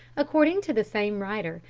according to the same writer,